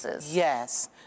Yes